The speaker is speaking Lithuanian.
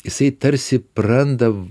jisai tarsi praranda